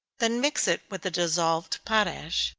then mix it with the dissolved potash,